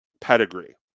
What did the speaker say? pedigree